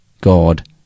God